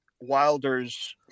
Wilder's